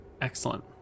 Excellent